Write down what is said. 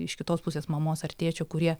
iš kitos pusės mamos ar tėčio kurie